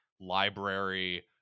library